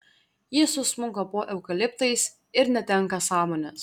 ji susmunka po eukaliptais ir netenka sąmonės